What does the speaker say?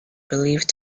believed